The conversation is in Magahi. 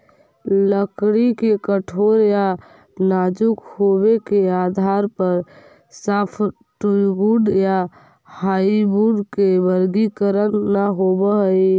लकड़ी के कठोर या नाजुक होबे के आधार पर सॉफ्टवुड या हार्डवुड के वर्गीकरण न होवऽ हई